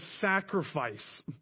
sacrifice